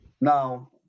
Now